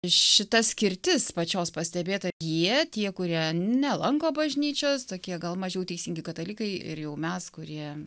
šita skirtis pačios pastebėta jie tie kurie nelanko bažnyčios tokie gal mažiau teisingi katalikai ir jau mes kurie